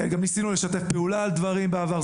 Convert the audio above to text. גם ניסינו לשתף פעולה על דברים בעבר,